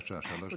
בבקשה, שלוש דקות.